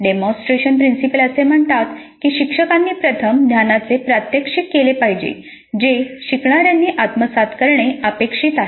demonstration principle असे म्हणतात की शिक्षकांनी प्रथम ज्ञानाचे प्रात्यक्षिक केले पाहिजे जे शिकणार्यांनी आत्मसात करणे अपेक्षित आहे